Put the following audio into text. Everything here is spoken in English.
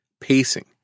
pacing